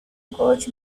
coach